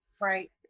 Right